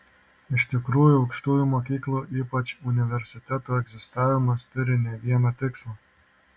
iš tikrųjų aukštųjų mokyklų ypač universitetų egzistavimas turi ne vieną tikslą